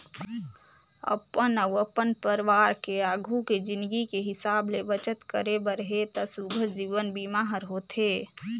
अपन अउ अपन परवार के आघू के जिनगी के हिसाब ले बचत करे बर हे त सुग्घर जीवन बीमा हर होथे